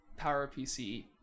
PowerPC